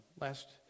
Last